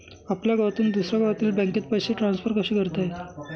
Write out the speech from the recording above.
आपल्या गावातून दुसऱ्या गावातील बँकेत पैसे ट्रान्सफर कसे करता येतील?